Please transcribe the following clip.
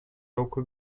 local